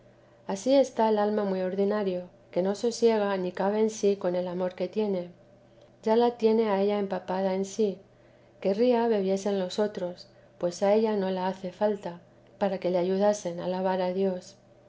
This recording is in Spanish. ansí está el alma muy ordinario que no sosiega ni cabe en sí con el amor que tiene ya la tiene a ella empapada en sí querría bebiesen los otros pues a ella no le hace falta para que la ayudasen a alabar a dios